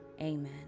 amen